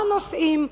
מה הנושאים,